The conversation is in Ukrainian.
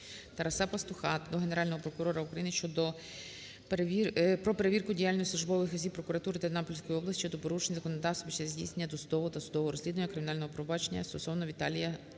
Тараса Пастуха до Генерального прокурора України про перевірку діяльності службових осіб прокуратури Тернопільської області щодо порушень законодавства України під час здійснення досудового та судового розслідування кримінального провадження стосовно ВіталіяСороколіта.